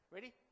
Ready